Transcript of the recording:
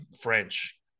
french